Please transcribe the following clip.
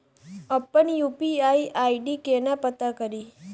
अप्पन UPI ID केना पत्ता कड़ी?